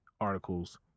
articles